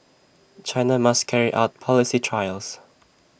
China must carry out policy trials